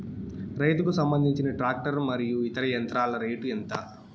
రైతుకు సంబంధించిన టాక్టర్ మరియు ఇతర యంత్రాల రేటు ఎంత?